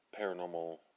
Paranormal